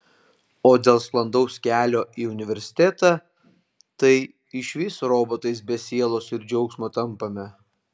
o dėl sklandaus kelio į universitetą tai išvis robotais be sielos ir džiaugsmo tampame